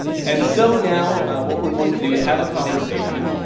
and so now what we're going to do is have a conversation,